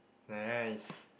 nice